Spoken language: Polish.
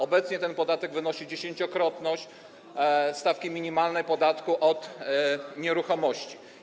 Obecnie ten podatek wynosi dziesięciokrotność stawki minimalnej podatku od nieruchomości.